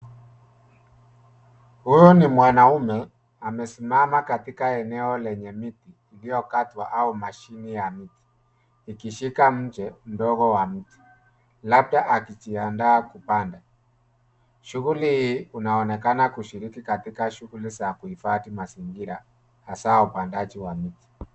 Huu ni mwanaume amesimama katika eneo lenye miti, iliyokatwa au mashine ya miti, ikishika mche ndogo wa mti, labda akijiandaa kupanda. Shughuli hii unaonekana kushiriki katika shughuli za kuhifadhi mazingira, hasa upandaji wa miti.